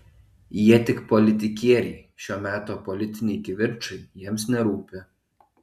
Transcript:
jie tik politikieriai šio meto politiniai kivirčai jiems nerūpi